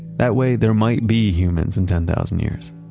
that way, there might be humans in ten thousand years,